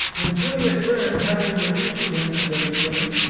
and juliet byrne having refused him, and everything.